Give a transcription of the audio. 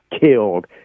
killed